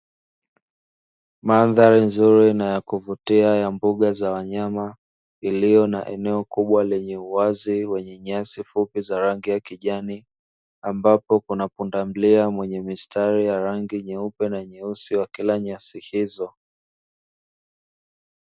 Mandhari nzuri na ya kuvutia ya mbuga za wanyama , iliyo na eneo kubwa lenye uwazi wenye nyasi fupi za rangi ya kijani ,ambapo kuna pundamilia mwenye mistari ya rangi nyeupe na nyeusi wakila nyasi hizo.